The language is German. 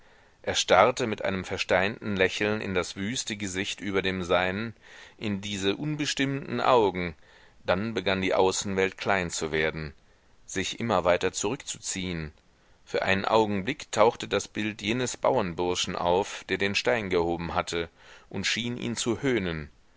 er starrte mit einem versteinten lächeln in das wüste gesicht über dem seinen in diese unbestimmten augen dann begann die außenwelt klein zu werden sich immer weiter zurückzuziehen für einen augenblick tauchte das bild jenes bauernburschen auf der den stein gehoben hatte und schien ihn zu höhnen